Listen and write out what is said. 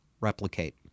replicate